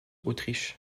autriche